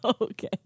Okay